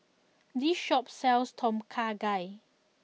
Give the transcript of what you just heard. this shop sells Tom Kha Gai